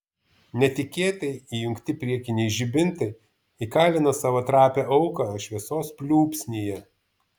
netikėtai įjungti priekiniai žibintai įkalino savo trapią auką šviesos pliūpsnyje